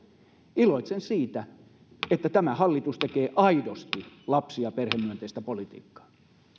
iloitsen siitä että tämä hallitus tekee aidosti lapsi ja perhemyönteistä politiikkaa